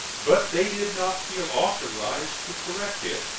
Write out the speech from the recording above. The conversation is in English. but they did not feel authorized to correct it,